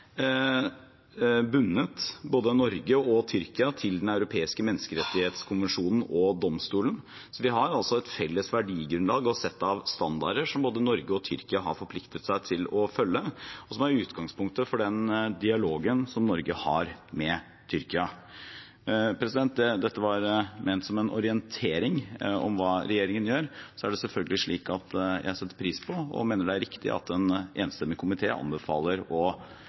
bundet både Norge og Tyrkia til Den europeiske menneskerettskonvensjon og Den europeiske menneskerettsdomstol, så vi har et felles verdigrunnlag og sett av standarder som både Norge og Tyrkia har forpliktet seg til å følge, og som er utgangspunktet for den dialogen som Norge har med Tyrkia. Dette var ment som en orientering om hva regjeringen gjør. Så er det selvfølgelig slik at jeg setter pris på og mener det er riktig at en enstemmig komité i dag anbefaler å